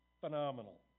phenomenal